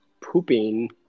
pooping